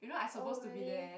oh really